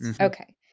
Okay